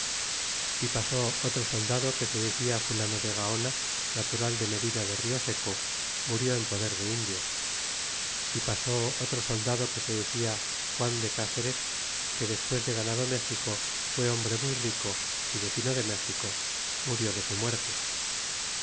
é pasó otro soldado que se decia fulano de gaona natural de medina de rioseco murió en poder de indios e pasó otro soldado que se decia juan de cáceres que despues de ganado méxico fue hombre muy rico y vecino de méxico murió de su muerte